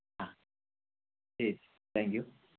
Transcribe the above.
ആ ശരി താങ്ക്യൂ